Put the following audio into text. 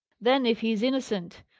then if he is innocent,